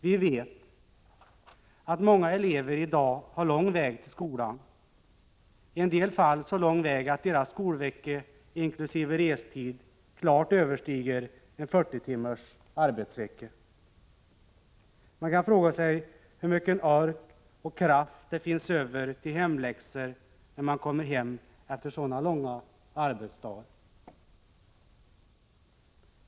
Vi vet att många elever i dag har lång väg till skolan, i en del fall så lång väg att deras skolvecka inkl. restid klart överstiger en 40-timmars arbetsvecka. Man kan fråga sig: Hur mycken ork och kraft finns det över till hemläxor när man kommer hem efter så långa arbetsdagar?